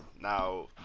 Now